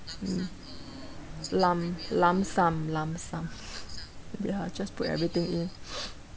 mm lump lump sum lump sum ya just put everything in